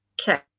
Okay